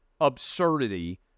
absurdity